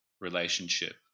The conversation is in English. relationship